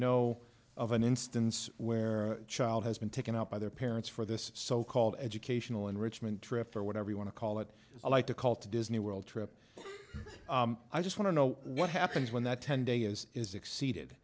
know of an instance where a child has been taken out by their parents for this so called educational enrichment trip or whatever you want to call it i like to call to disney world trip i just want to know what happens when that ten day is is exceeded